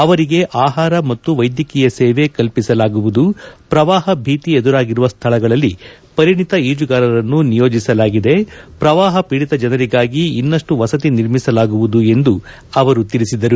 ಅವರಿಗೆ ಆಹಾರ ಮತ್ತು ವೈದ್ಯಕೀಯ ಸೇವೆ ಕಲ್ಲಿಸಲಾಗುವುದು ಪ್ರವಾಹ ಭೀತಿ ಎದುರಾಗಿರುವ ಸ್ಥಳದಲ್ಲಿ ಪರಿಣಿತ ಈಜುಗಾರರನ್ನು ನಿಯೋಜಿಸಲಾಗಿದೆ ಪ್ರವಾಹ ಪೀಡಿತ ಜನರಿಗಾಗಿ ಇನ್ನಷ್ಟು ವಸತಿ ನಿರ್ಮಿಸಲಾಗುವುದು ಎಂದು ಅವರು ತಿಳಿಸಿದರು